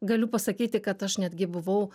galiu pasakyti kad aš netgi buvau